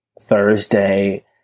Thursday